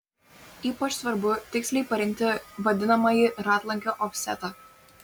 ypač svarbu tiksliai parinkti vadinamąjį ratlankio ofsetą